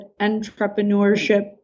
Entrepreneurship